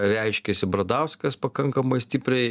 reiškėsi bradauskas pakankamai stipriai ir